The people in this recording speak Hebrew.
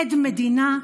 עד מדינה,